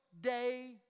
day